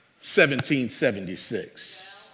1776